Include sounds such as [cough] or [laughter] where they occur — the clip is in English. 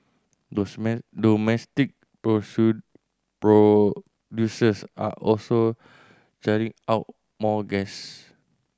[unintelligible] domestic [unintelligible] producers are also churning out more gas